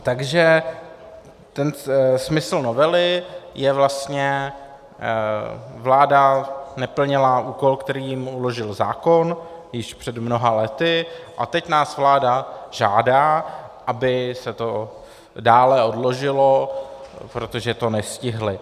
Takže smysl novely je: vlastně vláda neplnila úkol, který jí uložil zákon již před mnoha lety, a teď nás vláda žádá, aby se to dále odložilo, protože to nestihli.